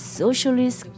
socialist